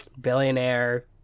billionaire